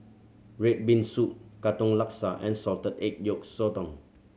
red bean soup Katong Laksa and salted egg yolk sotong